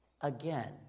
Again